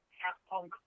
half-punk